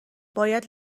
باید